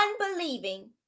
unbelieving